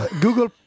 Google